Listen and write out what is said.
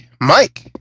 Mike